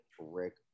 Rick